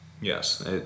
Yes